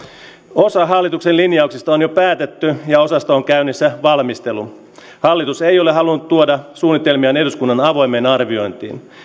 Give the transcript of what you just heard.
osa hallituksen linjauksista on jo päätetty ja osasta on käynnissä valmistelu hallitus ei ole halunnut tuoda suunnitelmiaan eduskunnan avoimeen arviointiin